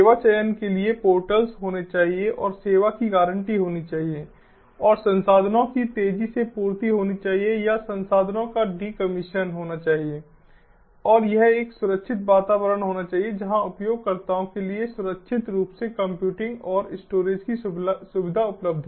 सेवा चयन के लिए पोर्टल्स होने चाहिए और सेवा की गारंटी होनी चाहिए और संसाधनों की तेजी से पूर्ति होनी चाहिए या संसाधनों का डिकमीशन होना चाहिए और यह एक सुरक्षित वातावरण होना चाहिए जहां उपयोगकर्ताओं के लिए सुरक्षित रूप से कंप्यूटिंग और स्टोरेज की सुविधा उपलब्ध हो